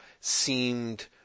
seemed